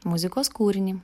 muzikos kūrinį